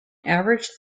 average